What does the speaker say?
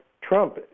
Trump